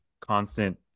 constant